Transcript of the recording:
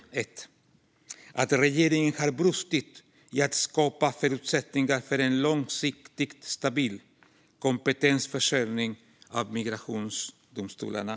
För det första skriver man att "regeringen har brustit i att skapa förutsättningar för en långsiktigt stabil kompetensförsörjning vid migrationsdomstolarna."